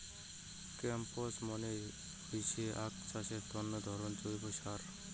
compost মানে হইসে আক চাষের তন্ন ধরণের জৈব সার